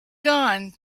gone